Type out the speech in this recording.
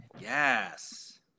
Yes